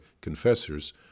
confessors